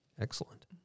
Excellent